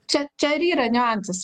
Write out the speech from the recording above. čia čia ir yra niuansas